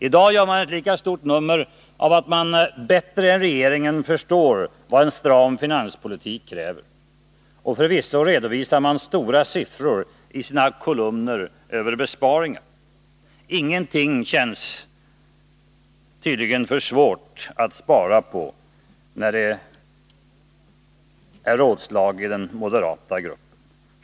I dag gör man ett lika stort nummer av att man bättre än regeringen förstår vad en stram finanspolitik kräver. Förvisso redovisar man höga siffror i sina kolumner över besparingar. Ingenting känns tydligen för svårt att spara på när det är rådslag i den moderata gruppen.